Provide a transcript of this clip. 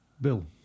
Bill